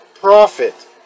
profit